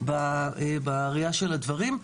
בראייה של הדברים.